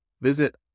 Visit